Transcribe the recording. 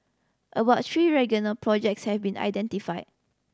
about three regional projects have been identified